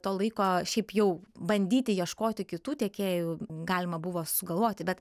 to laiko šiaip jau bandyti ieškoti kitų tiekėjų galima buvo sugalvoti bet